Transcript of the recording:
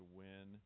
win